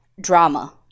drama